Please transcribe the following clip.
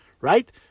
right